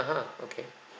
(uh huh) okay